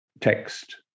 text